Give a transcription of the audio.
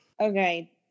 Okay